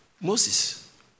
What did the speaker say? Moses